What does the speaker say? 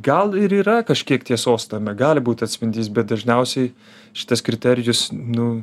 gal ir yra kažkiek tiesos tame gali būti atspindys bet dažniausiai šitas kriterijus nu